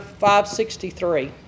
563